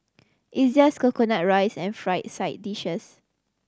it's just coconut rice and fried side dishes